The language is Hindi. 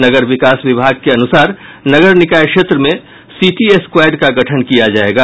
नगर विकास विभाग के अनुसार नगर निकाय क्षेत्र में सीटी स्क्वॉयड का गठन किया जायेगा